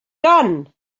gun